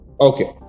Okay